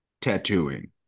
tattooing